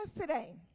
today